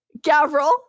gavril